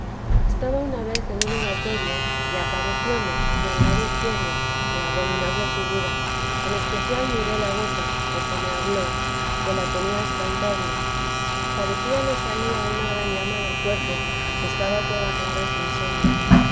estaba una vez en un oratorio y aparecióme hacia el lado izquierdo de abominable figura en especial miré la boca porque me habló que la tenía espantable parecía le salía una gran llama del cuerpo que estaba toda clara sin sombra